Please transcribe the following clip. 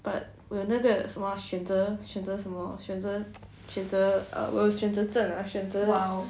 but 我有那个什么选择选择什么选择选择我有选择症 ah 选择